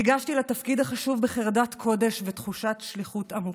נכנסתי לתפקיד החשוב בחרדת קודש ובתחושת שליחות עמוקה.